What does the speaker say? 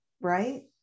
right